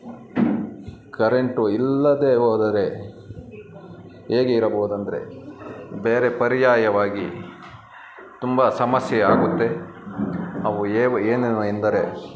current ಇಲ್ಲದೆ ಹೋದರೆ ಹೇಗೆ ಇರ್ಬೋದೆಂದ್ರೆ ಬೇರೆ ಪರ್ಯಾಯವಾಗಿ ತುಂಬ ಸಮಸ್ಯೆ ಆಗುತ್ತೆ ಅವು ಏನ್ ಏನೇನು ಎಂದರೆ